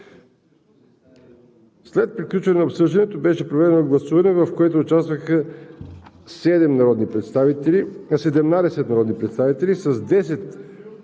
След приключването на обсъждането беше проведено гласуване, в което участваха 17 народни представители: с 10